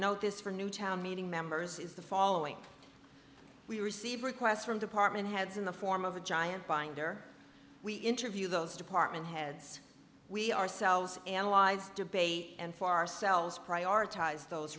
this for new town meeting members is the following we receive requests from department heads in the form of a giant binder we interview those department heads we ourselves analyze debate and for ourselves prioritize those